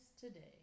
today